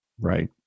Right